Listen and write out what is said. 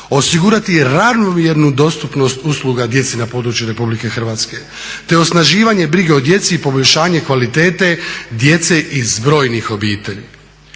osigurati ravnomjernu dostupnost usluga djeci na području Republike Hrvatske te osnaživanje brige o djeci i poboljšanje kvalitete djece iz brojnih obitelji.